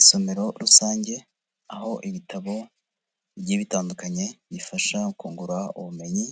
Isomero rusange, aho ibitabo bigiye bitandukanye, bifasha kungura ubumenyi,